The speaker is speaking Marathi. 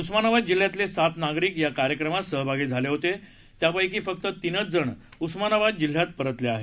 उस्मानाबाद जिल्ह्यातले सात नागरिक या कार्यक्रमात सहभागी झाले होते त्यापैकी फक्त तीनच जण उस्मानाबाद जिल्ह्यात परतले आहेत